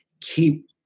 keep